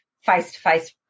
face-to-face